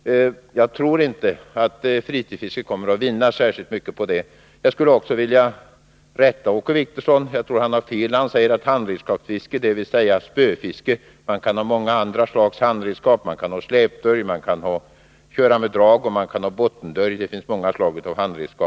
Jag tror inte att fritidsfisket kommer att vinna särskilt mycket på det. Jag skulle också vilja rätta Åke Wictorsson på en punkt. Jag tror han har fel beträffande det han sade om handredskapsfiske, dvs. spöfiske. Man kan ha andra slags handredskap, t.ex. släpdörj, bottendörj, m.m.